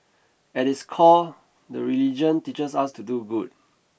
at its core the religion teaches us to do good